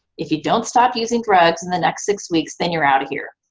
if you don't stop using drugs in the next six weeks, then you're out of here.